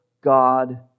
God